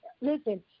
listen